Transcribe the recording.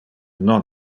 non